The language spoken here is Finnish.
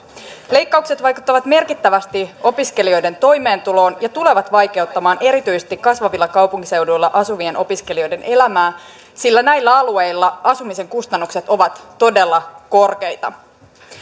leikkaukset vaikuttavat merkittävästi opiskelijoiden toimeentuloon ja tulevat vaikeuttamaan erityisesti kasvavilla kaupunkiseuduilla asuvien opiskelijoiden elämää sillä näillä alueilla asumisen kustannukset ovat todella korkeita